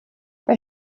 bei